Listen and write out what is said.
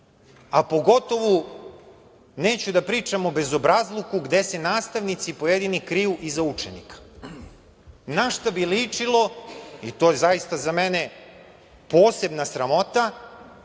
16.10Pogotovo neću da pričam o bezobrazluku gde se pojedini nastavnici kriju iza učenika. Na šta bi ličilo, i to je zaista za mene posebna sramota,